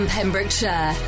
Pembrokeshire